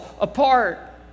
apart